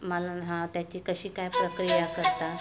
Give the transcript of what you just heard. मला ना हा त्याची कशी काय प्रक्रिया करता